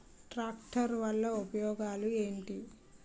Tractor వల్ల ఉపయోగాలు ఏంటీ?